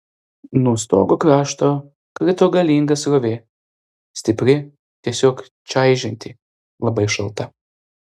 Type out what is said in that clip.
nuo stogo krašto krito galinga srovė stipri tiesiog čaižanti labai šalta